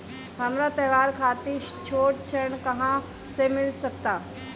हमरा त्योहार खातिर छोट ऋण कहाँ से मिल सकता?